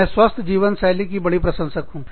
मैं स्वास्थ्य जीवन शैली का बड़ी प्रशंसक हूँ